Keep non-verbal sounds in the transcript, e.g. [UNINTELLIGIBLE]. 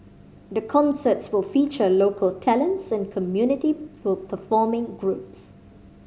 the concerts will feature local talents and community [UNINTELLIGIBLE] performing groups